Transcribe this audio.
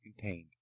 contained